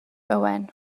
owen